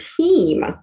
team